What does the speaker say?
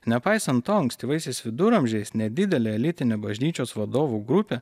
nepaisant to ankstyvaisiais viduramžiais nedidelė elitinė bažnyčios vadovų grupė